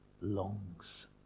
longs